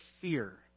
fear